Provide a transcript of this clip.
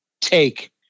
take